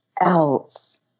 else